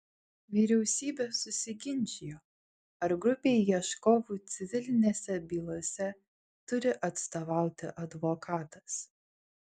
vyriausybė susiginčijo ar grupei ieškovų civilinėse bylose turi atstovauti advokatas